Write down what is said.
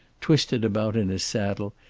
twisted about in his saddle,